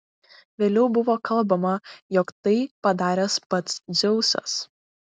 vėliau buvo kalbama jog tai padaręs pats dzeusas